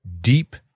deep